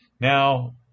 Now